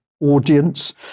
audience